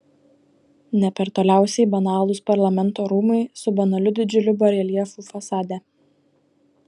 ne per toliausiai banalūs parlamento rūmai su banaliu didžiuliu bareljefu fasade